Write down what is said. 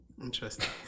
interesting